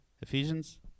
Ephesians